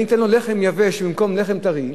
אני אתן לו לחם יבש במקום לחם טרי,